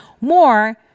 more